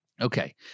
Okay